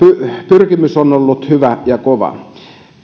pyrkimys on ollut hyvä ja kova